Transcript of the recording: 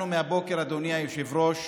אנחנו מהבוקר, אדוני היושב-ראש,